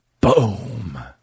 Boom